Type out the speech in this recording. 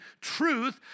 truth